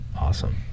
Awesome